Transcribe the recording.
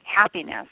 happiness